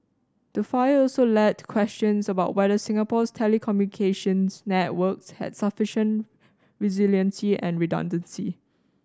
the fire also led to questions about whether Singapore's telecommunications networks had sufficient resiliency and redundancy